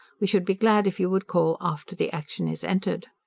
we should be glad if you would call after the action is entered.